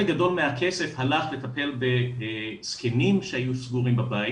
גדול מהכסף הלך לטפל בזקנים שהיו סגורים בבית